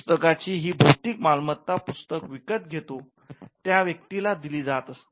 पुस्तकाची ही भौतिक मालमत्ता पुस्तक विकत घेतो त्या व्यक्तीला दिली जात असते